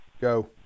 Go